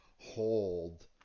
hold